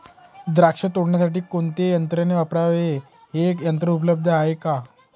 द्राक्ष तोडण्यासाठी कोणते यंत्र वापरावे? हे यंत्र उपलब्ध आहे का?